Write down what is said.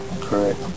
Correct